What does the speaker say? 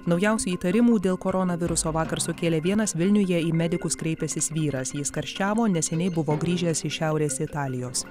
naujausių įtarimų dėl koronaviruso vakar sukėlė vienas vilniuje į medikus kreipęsis vyras jis karščiavo neseniai buvo grįžęs iš šiaurės italijos